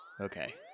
Okay